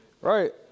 Right